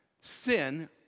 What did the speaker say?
sin